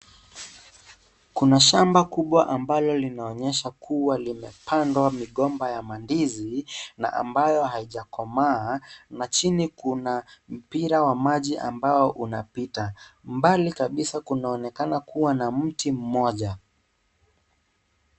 Kuna shamba kubwa ambalo linaonyesha kuwa limepandwa migomba ya ndizi na ambayo haijakomaa na chini kuna mpira wa maji ambayo unapita mbali kabisa kunaonekana kuwa na mti moja.